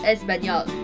Español